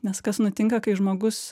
nes kas nutinka kai žmogus